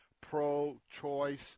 pro-choice